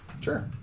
sure